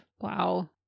Wow